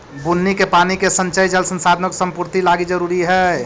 बुन्नी के पानी के संचय जल संसाधनों के संपूर्ति लागी जरूरी हई